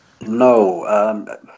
No